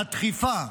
הדחיפה,